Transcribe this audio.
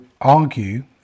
argue